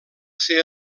ser